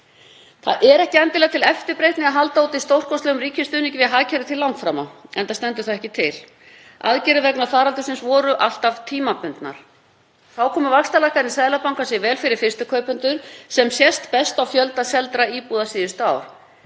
Það er ekki endilega til eftirbreytni að halda úti stórkostlegum ríkisstuðningi við hagkerfið til langframa, enda stendur það ekki til, aðgerðir vegna faraldursins voru alltaf tímabundnar. Þá komu vaxtalækkanir Seðlabankans sér vel fyrir fyrstu kaupendur sem sést best á fjölda seldra íbúða síðustu ár.